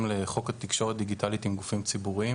לחוק תקשורת דיגיטלית עם גופים ציבוריים.